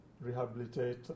rehabilitate